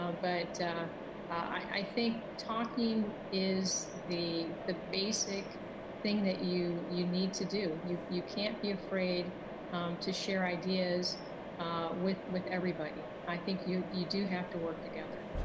um but i think talking is the the basic thing that you you need to do. you you can't be afraid to share ideas with with everybody, i think you you do have to work together.